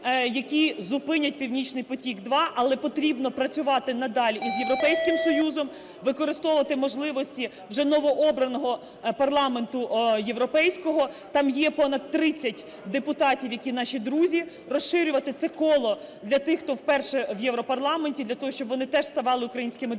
які зупинять "Північний потік-2", але потрібно працювати надалі із Європейським Союзом, використовувати можливості вже новообраного парламенту європейського, там є понад 30 депутатів, які наші друзі, розширювати це коло для тих, хто вперше в Європарламенті для того, щоб вони теж ставали українськими друзями.